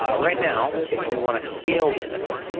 um right now, if we wanna scale this,